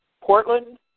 Portland